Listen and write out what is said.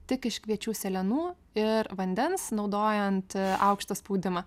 tik iš kviečių sėlenų ir vandens naudojant aukštą spaudimą